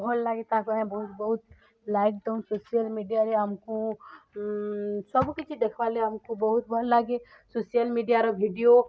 ଭଲ୍ ଲାଗେ ତାକୁ ଆମେ ବହୁତ ଲାଇକ୍ ଦଉ ସୋସିଆଲ ମିଡ଼ିଆରେ ଆମକୁ ସବୁକିଛି ଦେଖବାର ଲାଗେ ଆମକୁ ବହୁତ ଭଲ୍ ଲାଗେ ସୋସିଆଲ ମିଡ଼ିଆର ଭିଡ଼ିଓ